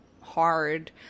hard